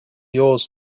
yours